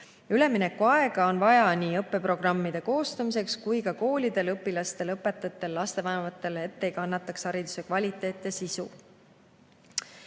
Üleminekuaega on vaja nii õppeprogrammide koostamiseks kui ka koolidel, õpilastel, õpetajatel ja lastevanematel, et ei kannataks hariduse kvaliteet ja sisu.